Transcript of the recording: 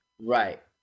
Right